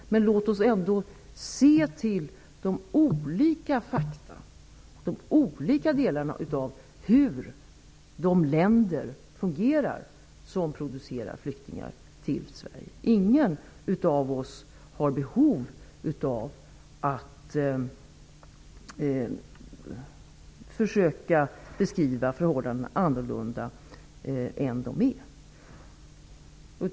Men låt oss ändå se till fakta om hur de länder som producerar flyktingar till Sverige fungerar. Ingen av oss har behov av att försöka beskriva förhållandena annorlunda än de är.